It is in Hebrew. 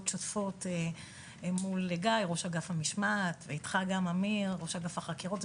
שותפות מול גיא ואמיר מנציבות שירות המדינה,